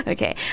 Okay